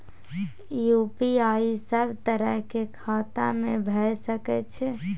UPI सब तरह के खाता में भय सके छै?